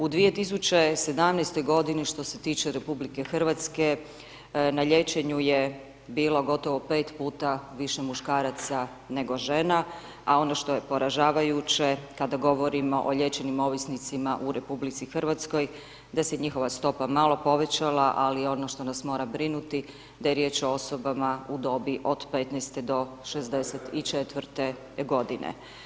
U 2017. godini što se tiče RH na liječenju je bilo gotovo 5 puta više muškaraca nego žena, a ono što je poražavajuće kada govorimo o liječenim ovisnicima u RH, da se njihova stopa malo povećala, ali ono što nas mora brinuti da je riječ o osobama u dobi od 15-64 godine.